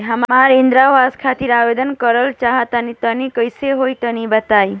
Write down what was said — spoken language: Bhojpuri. हम इंद्रा आवास खातिर आवेदन करल चाह तनि कइसे होई तनि बताई?